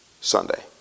sunday